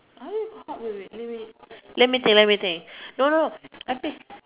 wait wait anyway let me think let me think no no